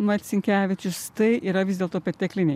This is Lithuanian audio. marcinkevičius tai yra vis dėlto pertekliniai